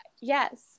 Yes